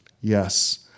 Yes